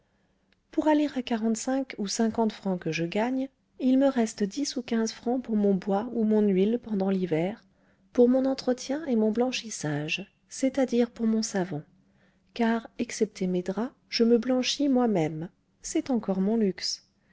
pour aller à quarante-cinq ou cinquante francs que je gagne il me reste dix ou quinze francs pour mon bois ou mon huile pendant l'hiver pour mon entretien et mon blanchissage c'est-à-dire pour mon savon car excepté mes draps je me blanchis moi-même c'est encore mon luxe